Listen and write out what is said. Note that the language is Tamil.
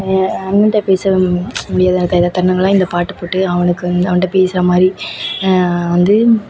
ஏன் அண்ணன்கிட்ட பேச முடியாத த தருணங்கள் எல்லாம் இந்த பாட்டு போட்டு அவனுக்கு அவன்கிட்ட பேசுகிற மாதிரி வந்து